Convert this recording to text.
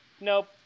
nope